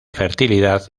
fertilidad